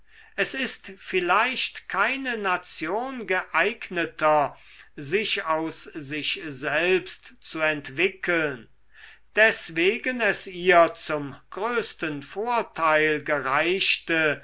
es ist vielleicht keine nation geeigneter sich aus sich selbst zu entwickeln deswegen es ihr zum größten vorteil gereichte